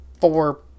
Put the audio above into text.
four